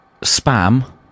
spam